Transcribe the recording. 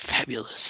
fabulous